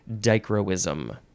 dichroism